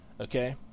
Okay